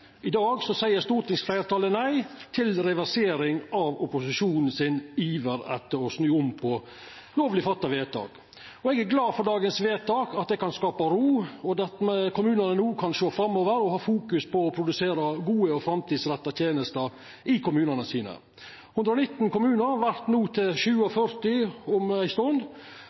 I dag seier stortingsfleirtalet nei til reversering av opposisjonen sin iver etter å snu om på lovleg gjorde vedtak. Eg er glad for dagens vedtak – for at det kan skapa ro, og at kommunane no kan sjå framover og fokusera på å produsera gode og framtidsretta tenester i kommunane sine. 119 kommunar vert til 47 om ei